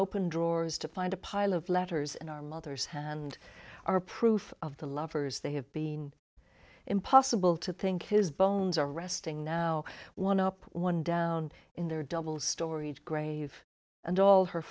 open drawers to find a pile of letters and our mother's hand are proof of the lovers they have been impossible to think his bones are resting now one up one down in their double storied grave and all her